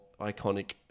iconic